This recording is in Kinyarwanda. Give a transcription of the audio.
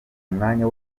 umwanya